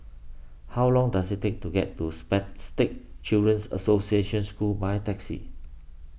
how long does it take to get to Spastic Children's Association School by taxi